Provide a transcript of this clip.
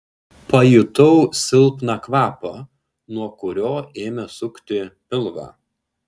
pajutau silpną kvapą nuo kurio ėmė sukti pilvą